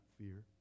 fear